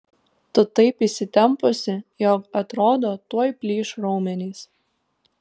tu taip įsitempusi jog atrodo tuoj plyš raumenys